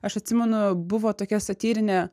aš atsimenu buvo tokia satyrinė